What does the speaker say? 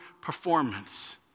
performance